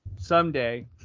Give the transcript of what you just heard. someday